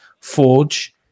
forge